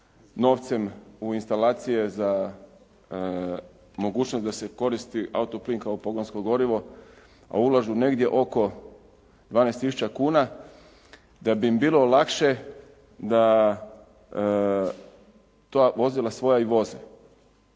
novcem u instalacije za mogućnost da se koristi auto plin kao pogonsko gorivo a ulažu negdje oko 12000 kuna, da bi im bilo lakše da ta vozila svoja i voze.